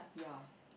ya